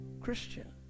Christian